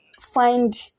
find